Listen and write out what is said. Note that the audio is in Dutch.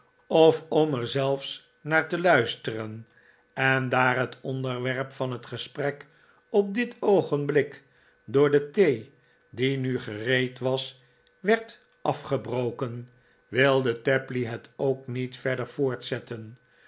of om er zelfs naar te luisteren en daar het onderwerp van het gesprek op dit oogenblik door de thee die nu gereed was werd afgebroken wilde tapley het ook niet verder voortzetten